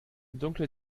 dunkle